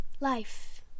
life